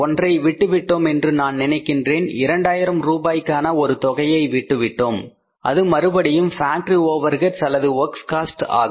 ஒன்றை விட்டு விட்டோம் என்று நான் நினைக்கின்றேன் 2000 ரூபாய்க்கான ஒரு தொகையை விட்டுவிட்டோம் அது மறுபடியும் பேக்டரி ஓவர் ஹெட்ஸ் அல்லது வொர்க் காஸ்ட் ஆகும்